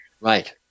Right